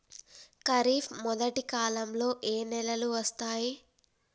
ఖరీఫ్ మొదటి కాలంలో ఏ నెలలు వస్తాయి?